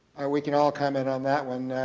we can all comment on that one.